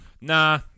Nah